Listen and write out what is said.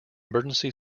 emergency